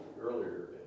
earlier